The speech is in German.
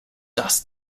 das